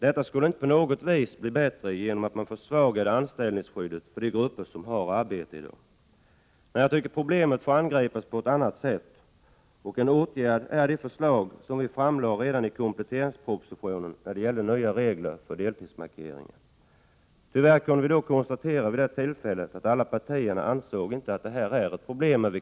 Detta skulle inte på något sätt bli bättre genom att man försvagade anställningsskyddet för de grupper som har arbete. Nej, detta problem får angripas på annat sätt, och en åtgärd är de förslag om nya regler för deltidsmarkering som vi framlade redan i kompletteringspropositionen. Tyvärr kunde vi vid det tillfället konstatera att vikarieanställningarna är ett problem.